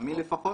לטעמי לפחות.